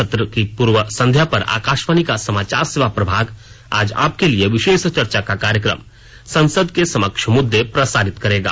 सत्र की पूर्व संध्या पर आकाशवाणी का समाचार सेवा प्रभाग आज आपके लिए विशेष चर्चा का कार्यक्रम संसद के समक्ष मुद्दे प्रसारित करेगा